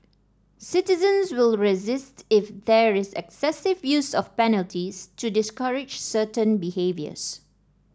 citizens will resist if there is excessive use of penalties to discourage certain behaviours